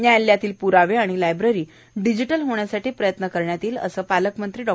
न्यायालयातील प्रावे आणि लायब्ररी डिजीटल होण्यासाठी प्रयत्न करण्यात येईल असं पालकमंत्री डॉ